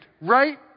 right